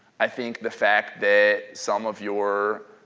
i think the fact that some of your